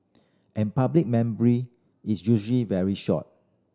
and public memory is usually very short